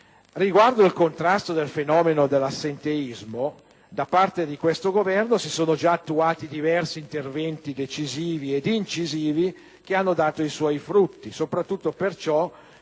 Riguardo al contrasto del fenomeno dell'assenteismo, da parte di questo Governo, si sono già attuati diversi interventi decisivi ed incisivi che hanno dato i suoi frutti, soprattutto per ciò